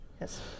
Yes